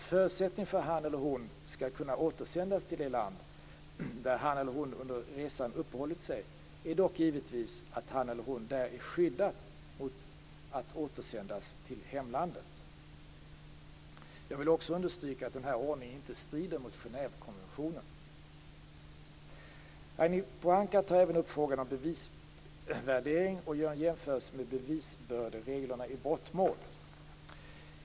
En förutsättning för att han eller hon skall kunna återsändas till det land där han eller hon under resan uppehållit sig är dock givetvis att han eller hon där är skyddad mot att återsändas till hemlandet. Jag vill också understryka att den här ordningen inte strider mot Genèvekonventionen. Ragnhild Pohanka tog även upp frågan om bevisvärdering och gör en jämförelse med bevisbördereglerna i brottmål.